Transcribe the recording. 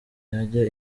yajya